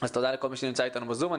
תודה לכל מי שנמצא אתנו ב-זום.